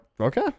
Okay